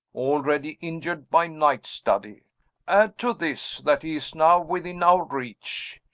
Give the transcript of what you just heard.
already injured by night study. add to this, that he is now within our reach.